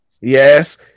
Yes